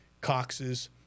Coxes